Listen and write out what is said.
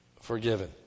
forgiven